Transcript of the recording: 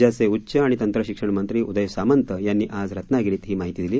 राज्याचे उच्च आणि तंत्रशिक्षण मंत्री उदय सामंत यांनी आज रत्नागिरीत ही माहिती दिली